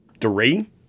Three